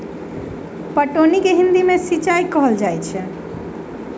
पटौनी के हिंदी मे सिंचाई कहल जाइत अछि